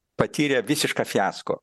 patyrė visišką fiasko